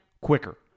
quicker